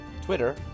Twitter